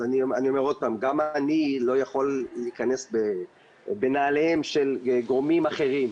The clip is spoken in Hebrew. גם אני לא יכול להיכנס בנעליהם של גורמים אחרים.